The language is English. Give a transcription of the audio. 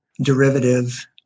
derivative